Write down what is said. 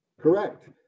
Correct